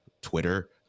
twitter